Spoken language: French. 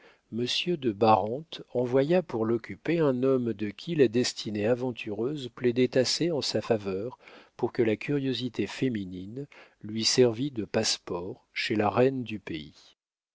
de barante envoya pour l'occuper un homme de qui la destinée aventureuse plaidait assez en sa faveur pour que la curiosité féminine lui servît de passe-port chez la reine du pays